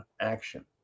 action